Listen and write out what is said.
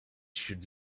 should